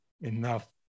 enough